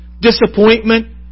disappointment